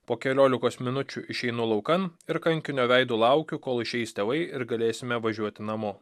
po keliolikos minučių išeinu laukan ir kankinio veidu laukiu kol išeis tėvai ir galėsime važiuoti namo